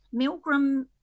Milgram